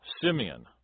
Simeon